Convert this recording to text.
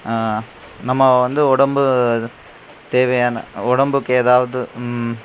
நம்ம வந்து உடம்பு அது தேவையான உடம்புக்கு எதாவது